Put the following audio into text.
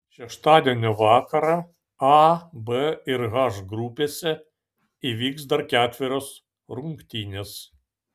šeštadienio vakarą a b ir h grupėse įvyks dar ketverios rungtynės